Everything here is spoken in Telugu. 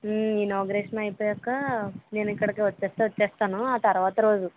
ఇనాగురేషన్ అయిపోయాక నేను ఇక్కడికి వచ్చేస్తే వచ్చేస్తాను ఆ తర్వాత రోజు